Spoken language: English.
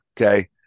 Okay